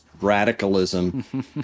radicalism